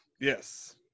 yes